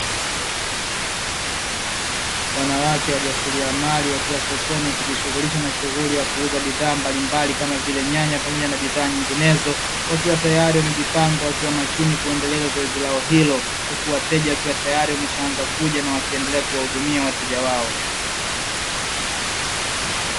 Wanawake wajasiriamali wakiwa sokoni wakijishughulisha na shughuli ya kuuza bidhaa mbalimbali, kama vile nyanya pamoja na bidhaa nyinginezo, wakiwa tayari wamejipanga wakiwa makini kuendeleza zoezi lao hilo, huku wateja wakiwa tayari wameshaanza kuja, na wakiendelea kuwahudumia wateja wao.